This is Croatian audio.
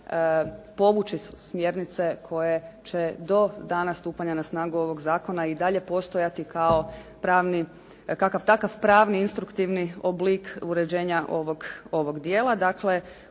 povući smjernice koje će do dana stupanja na snagu ovog zakona i dalje postojati kao pravni, kakav takav pravni instruktivni oblik uređenja ovog dijela.